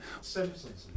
Simpsons